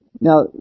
Now